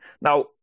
Now